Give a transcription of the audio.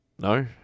No